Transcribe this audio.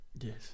yes